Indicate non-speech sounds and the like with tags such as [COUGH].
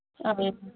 [UNINTELLIGIBLE]